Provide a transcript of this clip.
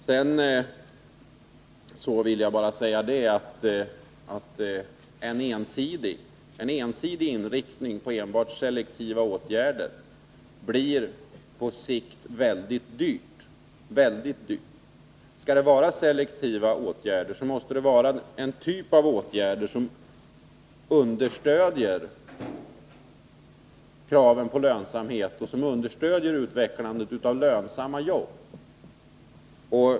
Sedan vill jag bara säga att en ensidig inriktning på enbart selektiva åtgärder blir väldigt dyr. Skall det vara selektiva åtgärder måste det vara en typ av begränsade åtgärder som understöder kravet på lönsamhet och som understöder utvecklandet av lönsamma jobb.